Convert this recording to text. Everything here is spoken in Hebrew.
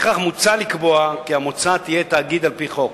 לפיכך מוצע לקבוע כי המועצה תהיה תאגיד על-פי חוק.